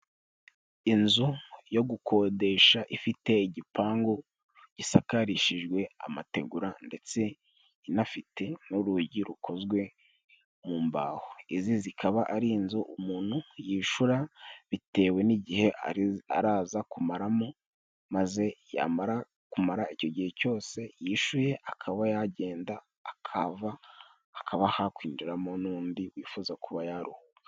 Inzu yo gukodesha ifite igipangu gisakarishijwe amategura, ndetse inafite n'urugi rukozwe mu mbaho. Izi zikaba ari inzu umuntu yishura bitewe n'igihe araza kumaramo, maze yamara kumara icyo gihe cyose yishuye, akaba yagenda hakaba hakwinjiramo n'undi wifuza kuba yaruhura.